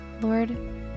Lord